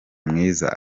mwiza